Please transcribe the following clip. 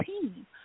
team